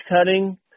cutting